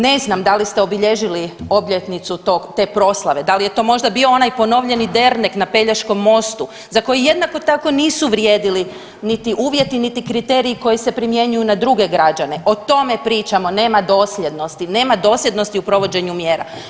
Ne znam da li ste obilježili obljetnicu tog, te proslave, da li je to možda bio onaj ponovljeni dernek na Pelješkom mostu za koji jednako tako nisu vrijedili niti uvjeti niti kriteriji koji se primjenjuju na druge građane, o tome pričamo, nema dosljednosti, nema dosljednosti u provođenju mjera.